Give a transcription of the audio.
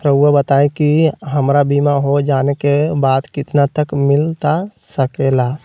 रहुआ बताइए कि हमारा बीमा हो जाने के बाद कितना तक मिलता सके ला?